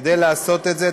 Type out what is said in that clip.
כדי לעשות את זה,